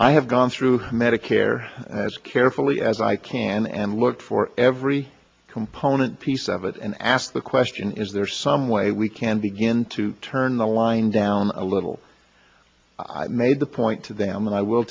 i have gone through medicare as carefully as i can and look for every component piece of it and ask the question is there some way we can begin to turn the line down a little i made the point to them and i will